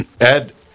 Ed